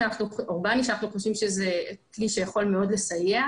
שאנחנו חושבים שזה כלי שיכול מאוד לסייע.